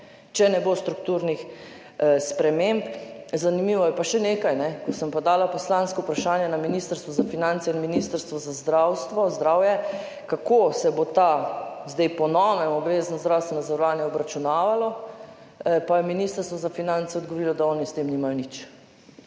če ne bo strukturnih sprememb. Zanimivo je pa še nekaj. Ko sem podala poslansko vprašanje na Ministrstvo za finance in Ministrstvo za zdravje, kako se bo to zdaj po novem obvezno zdravstveno zavarovanje obračunavalo, pa je Ministrstvo za finance odgovorilo, da oni s tem nimajo nič,